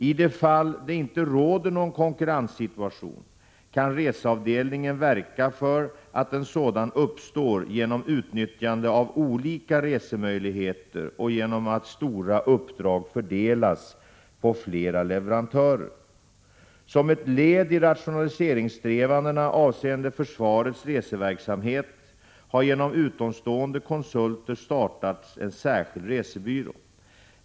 I de fall det inte råder någon konkurrenssituation kan reseavdelningen verka för att en sådan uppstår genom utnyttjande av olika resemöjligheter och genom att stora uppdrag fördelas på flera leverantörer. Som ett led i rationaliseringssträvandena avseende försvarets reseverksamhet har genom utomstående konsulter startats en särskild resebyrå.